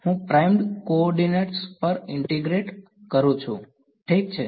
હું primed coordinates પર integrate કરું છું ઠીક છે